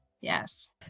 yes